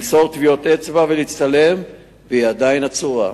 למסור טביעות אצבע ולהצטלם, והיא עדיין עצורה.